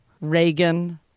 Reagan